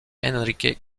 enrique